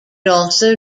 also